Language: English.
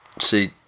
see